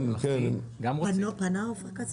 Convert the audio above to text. כן, פנה עופר כסיף.